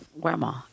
Grandma